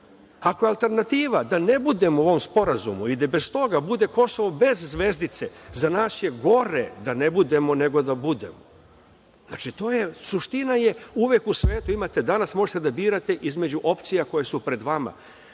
Ako je alternativa da ne budemo u ovom sporazumu i da bez toga bude Kosovo bez zvezdice, za nas je gore da ne budemo nego da budemo. Znači to je suština.U svetu imate danas da možete da birate između opcija koje su pred vama.